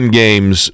games